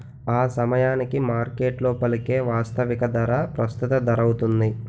ఆసమయానికి మార్కెట్లో పలికే వాస్తవిక ధర ప్రస్తుత ధరౌతుంది